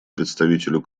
представителю